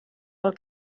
pel